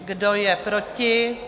Kdo je proti?